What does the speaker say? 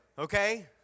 Okay